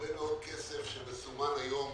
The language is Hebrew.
הרבה מאוד כסף שמסומן היום